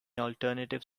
alternative